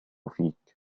فيك